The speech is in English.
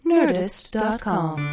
Nerdist.com